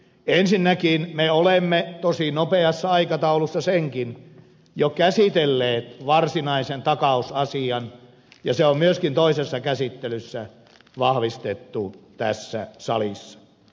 ensinnäkin me olemme tosi nopeassa aikataulussa varsinaisen takausasian jo käsitelleet ja se on myöskin toisessa käsittelyssä vahvistettu tässä salissa